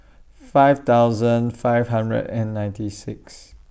five thousand five hundred and ninety six